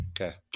Okay